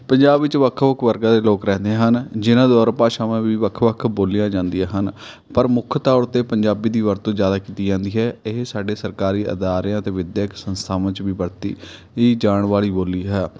ਪੰਜਾਬ ਵਿੱਚ ਵੱਖ ਵੱਖ ਵਰਗਾਂ ਦੇ ਲੋਕ ਰਹਿੰਦੇ ਹਨ ਜਿਹਨਾਂ ਦੁਆਰਾ ਭਾਸ਼ਾਵਾਂ ਵੀ ਵੱਖ ਵੱਖ ਬੋਲੀਆਂ ਜਾਂਦੀਆਂ ਹਨ ਪਰ ਮੁੱਖ ਤੌਰ 'ਤੇ ਪੰਜਾਬੀ ਦੀ ਵਰਤੋਂ ਜ਼ਿਆਦਾ ਕੀਤੀ ਜਾਂਦੀ ਹੈ ਇਹ ਸਾਡੇ ਸਰਕਾਰੀ ਅਦਾਰਿਆਂ ਅਤੇ ਵਿੱਦਿਅਕ ਸੰਸਥਾਵਾਂ 'ਚ ਵੀ ਵਰਤੀ ਹੀ ਜਾਣ ਵਾਲੀ ਬੋਲੀ ਹੈ